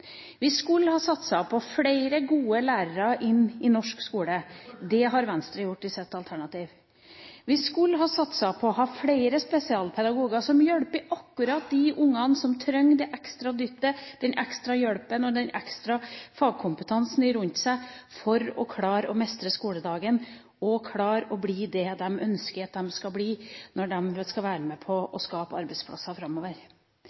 Vi skulle ha satset på å få flere gode lærere inn i norsk skole. Det har Venstre gjort i sitt alternative budsjett. Vi skulle ha satset på å ha flere spesialpedagoger som hjalp akkurat de ungene som trengte det ekstra dyttet, den ekstra hjelpen og den ekstra fagkompetansen rundt seg for å klare å mestre skoledagen og klare å bli det de ønsker at de skal bli når de skal være med på å skape arbeidsplasser framover.